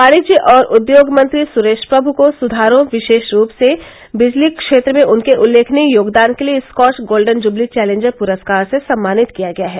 वाणिज्य और उद्योग मंत्री सुरेश प्रमु को सुधारों विशेष रूप से बिजली क्षेत्र में उनके उल्लेखनीय योगदान के लिए स्कॉच गोल्डन जुबली चेलेंजर पुरस्कार से सम्मानित किया गया है